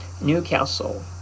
Newcastle